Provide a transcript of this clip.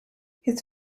his